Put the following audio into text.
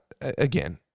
again